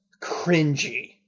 cringy